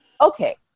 Okay